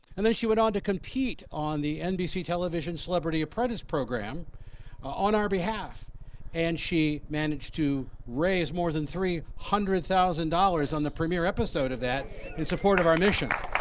and then she went on to compete on the nbc television celebrity apprentice program on our behalf and she managed to raise more than three hundred thousand dollars on the premier episode of that in support of our mission.